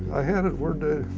i had it, where'd i.